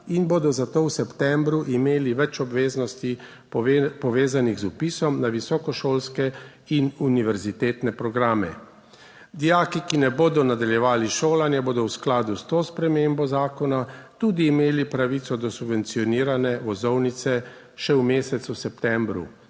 in bodo za to v septembru imeli več obveznosti povezanih z vpisom na visokošolske in univerzitetne programe. Dijaki, ki ne bodo nadaljevali šolanja, bodo v skladu s to spremembo zakona tudi imeli pravico do subvencionirane vozovnice še v mesecu septembru